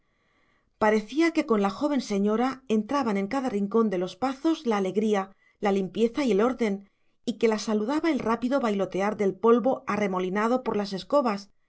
parecía que con la joven señora entraban en cada rincón de los pazos la alegría la limpieza y el orden y que la saludaba el rápido bailotear del polvo arremolinado por las escobas